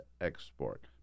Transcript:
export